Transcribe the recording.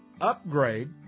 upgrade